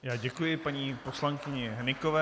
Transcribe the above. Já děkuji paní poslankyni Hnykové.